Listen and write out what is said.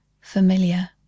Familiar